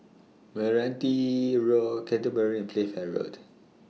Meranti Road Canterbury and Playfair Road